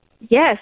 Yes